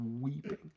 weeping